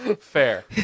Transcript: Fair